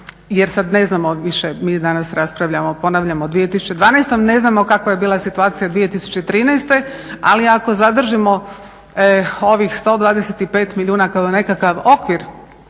jer sad ne znamo više, mi danas raspravljamo ponavljam o 2012., ne znamo kakva je bila situacija 2013., ali ako zadržimo ovih 125 milijuna kao nekakav okvir